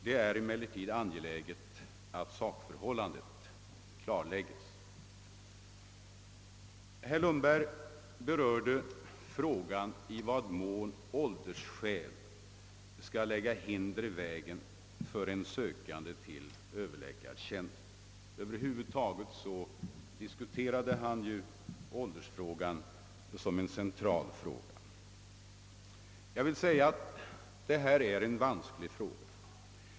Det är emellertid angeläget att sakförhållandet klarläggs. Herr Lundberg berörde frågan i vad mån åldersskäl skall lägga hinder i vägen för en sökande av överläkartjänst. Över huvud taget diskuterade han åldersfrågan som ett centralt spörsmål. Den är en besvärlig fråga.